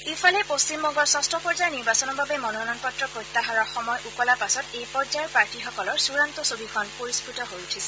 ইফালে পশ্চিমবঙ্গৰ যষ্ঠ পৰ্য্যায়ৰ নিৰ্বাচনৰ বাবে মনোনয়ন পত্ৰ প্ৰত্যাহাৰৰ সময় উকলাৰ পাছত এই পৰ্য্যায়ৰ প্ৰাৰ্থীসকলৰ চূড়ান্ত ছবিখন পৰিস্ফূট হৈ উঠিছে